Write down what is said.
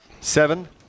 Seven